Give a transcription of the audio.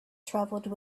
travelled